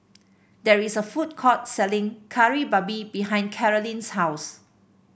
there is a food court selling Kari Babi behind Kailyn's house